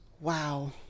wow